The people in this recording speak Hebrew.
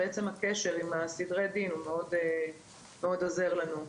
ועצם הקשר סדרי הדין מאוד עוזר לנו.